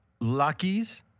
Lucky's—